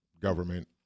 government